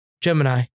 Gemini